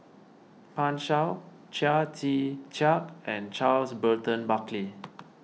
Pan Shou Chia Tee Chiak and Charles Burton Buckley